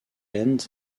end